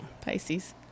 Pisces